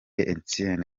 einstein